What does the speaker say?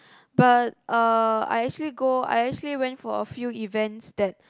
but uh I actually go I actually went for a few events that